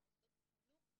של מוסדות החינוך,